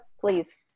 please